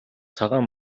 цагаан